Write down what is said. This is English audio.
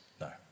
No